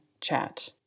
chat